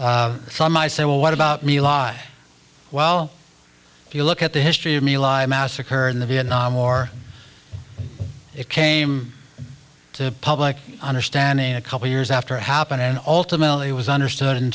country some might say well what about me la well if you look at the history of me live massacre in the vietnam war it came to public understanding a couple years after it happened and ultimately was understood in